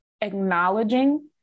acknowledging